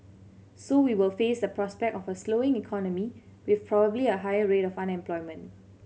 so we will face the prospect of a slowing economy with probably a higher rate of unemployment